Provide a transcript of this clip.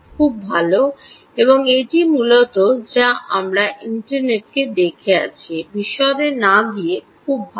খুব ভাল এবং এটি মূলত যা আমরা ইন্টারনেটকে ডেকে আছি বিশদে না গিয়ে খুব ভাল